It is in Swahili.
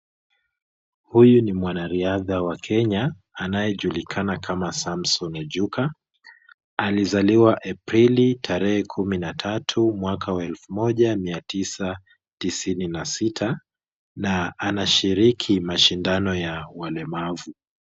Huyu ni mwanariadha wa kenya anayejulikana kama Samson Ojuka, alizaliwa Aprili tarehe kumi na tatu mwaka wa 1996 na anashiriki mashindano ya walemavu.